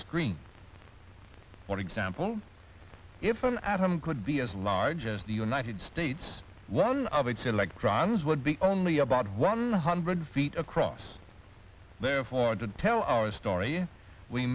screen for example if an atom could be as large as the united states one of its electrons would be only about one hundred feet across therefore to tell our story we